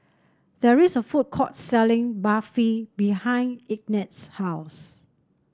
there is a food court selling Barfi behind Ignatz's house